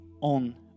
on